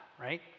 right